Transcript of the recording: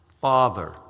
Father